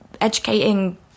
educating